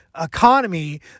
economy